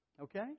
okay